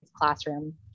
classroom